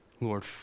Lord